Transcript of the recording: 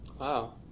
Wow